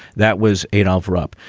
that was adolph rupp.